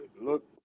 look –